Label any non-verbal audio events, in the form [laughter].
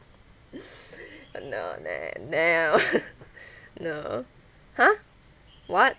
[breath] no nah now [laughs] no !huh! what